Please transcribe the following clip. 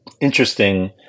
interesting